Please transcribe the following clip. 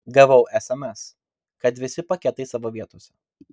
gavau sms kad visi paketai savo vietose